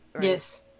Yes